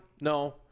no